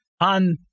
on